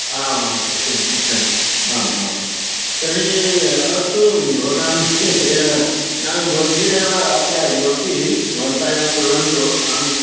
आम् आं सत्यं सत्यम् आम् आम् तर्हि अस्तु भवताम् एव नाम भवद्भिरेव अत्र नियुक्तिः भवन्तः एव कुर्वन्तु अहं